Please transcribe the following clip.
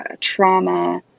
trauma